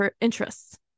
interests